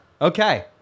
okay